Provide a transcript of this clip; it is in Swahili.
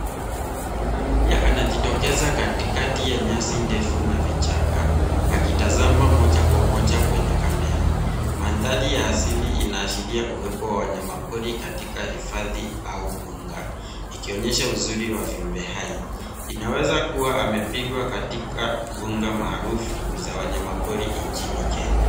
Punda milia anajitokeza katikati ya nyasi ndefu na vichaka akitazama moja kwa moja kwenye kamera mandhari ya asili inaashiria uwepo wa wanyamapori katika hifadhi au bunga ikionyesha uzuri wa viumbe hai.